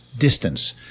distance